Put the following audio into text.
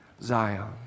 Zion